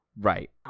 Right